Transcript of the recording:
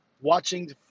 Watching